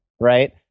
right